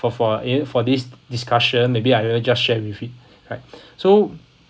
for for err for this discussion maybe I will just share with it right so